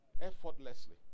effortlessly